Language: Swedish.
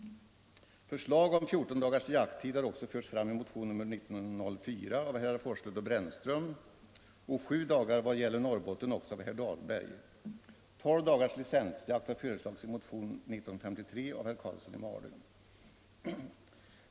Förslag om 14 dagars jakttid har också förts fram i motionen 1904 av herrar Forslund och Brännström och förslag om 7 dagar vad gäller Norrbotten också av herr Dahlberg. 12 dagars licensjakt har föreslagits i motionen 1953 av herr Karlsson i Malung.